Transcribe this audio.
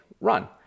run